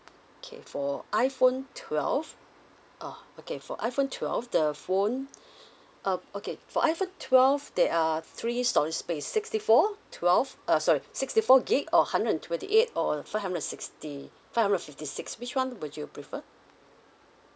okay for iphone twelve uh okay for iphone twelve the phone uh okay for iphone twelve there are three storage space sixty four twelve uh sorry sixty four gig or hundred and twenty eight or five hundred and sixty five hundred and fifty six which one would you prefer